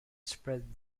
spread